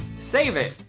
save it.